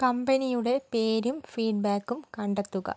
കമ്പനിയുടെ പേരും ഫീഡ്ബാക്കും കണ്ടെത്തുക